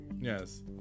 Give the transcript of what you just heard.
Yes